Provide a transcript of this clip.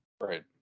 Right